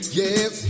yes